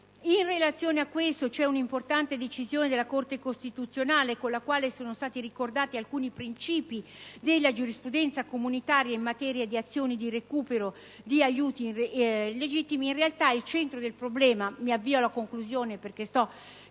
In relazione a questo c'è una importante decisione della Corte costituzionale, con la quale sono stati ricordati alcuni principi della giurisprudenza comunitaria in materia di azioni di recupero di aiuti illegittimi. In realtà, il centro del problema per la Corte costituzionale